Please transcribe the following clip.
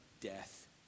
Death